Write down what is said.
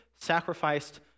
Sacrificed